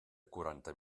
quaranta